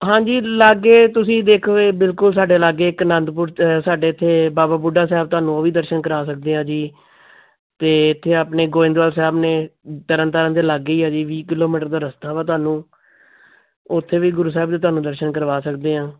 ਹਾਂਜੀ ਲਾਗੇ ਤੁਸੀਂ ਦੇਖੋ ਇਹ ਬਿਲਕੁਲ ਸਾਡੇ ਲਾਗੇ ਇੱਕ ਅਨੰਦਪੁਰ ਸਾਡੇ ਇੱਥੇ ਬਾਬਾ ਬੁੱਢਾ ਸਾਹਿਬ ਤੁਹਾਨੂੰ ਉਹ ਵੀ ਦਰਸ਼ਨ ਕਰਾ ਸਕਦੇ ਆ ਜੀ ਅਤੇ ਇੱਥੇ ਆਪਣੇ ਗੋਇੰਦਵਾਲ ਸਾਹਿਬ ਨੇ ਤਰਨ ਤਾਰਨ ਦੇ ਲਾਗੇ ਹੀ ਆ ਜੀ ਵੀਹ ਕਿਲੋਮੀਟਰ ਦਾ ਰਸਤਾ ਵਾ ਤੁਹਾਨੂੰ ਉੱਥੇ ਵੀ ਗੁਰੂ ਸਾਹਿਬ ਦੇ ਤੁਹਾਨੂੰ ਦਰਸ਼ਨ ਕਰਵਾ ਸਕਦੇ ਹਾਂ